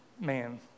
Man